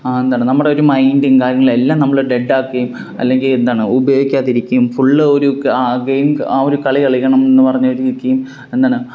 എന്താണ് നമ്മുടെ ഒരു മൈൻഡും കാര്യങ്ങളും എല്ലാം നമ്മള് ഡെഡ് ആക്കുകയും അല്ലെങ്കിൽ എന്താണ് ഉപയോഗിക്കാതിരിക്കുകയും ഫുള്ള് ഒരു ഗെയിം ആ ഒരു കളി കളിക്കണം എന്ന് പറഞ്ഞ് ഇരിക്കുകയും എന്താണ്